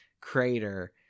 crater